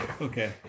Okay